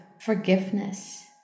forgiveness